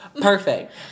Perfect